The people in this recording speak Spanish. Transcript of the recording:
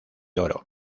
oro